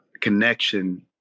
connection